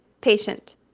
patient